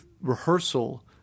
rehearsal